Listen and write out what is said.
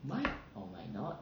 might or might not